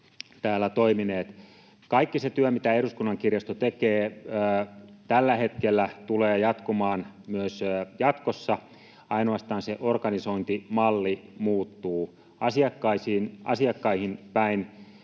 Kaikki se työ, mitä eduskunnan kirjasto tekee tällä hetkellä, tulee jatkumaan myös jatkossa. Ainoastaan se organisointimalli muuttuu. Asiakkaisiin päin